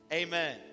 amen